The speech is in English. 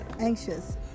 anxious